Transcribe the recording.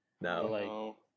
no